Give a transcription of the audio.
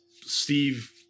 Steve